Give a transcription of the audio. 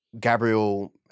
Gabriel